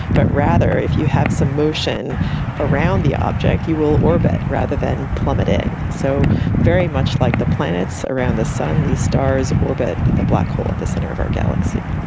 but rather if you have some motion around the object you will orbit rather than plummet in. so very much like the planets around the sun, these stars orbit the black hole at the centre of our galaxy.